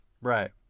Right